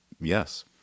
yes